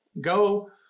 Go